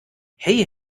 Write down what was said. hey